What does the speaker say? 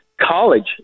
college